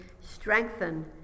strengthen